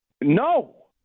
No